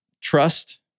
trust